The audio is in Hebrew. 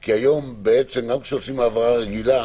היום, כשעושים העברה רגילה,